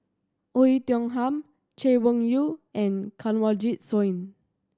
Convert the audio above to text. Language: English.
Oei Tiong Ham Chay Weng Yew and Kanwaljit Soin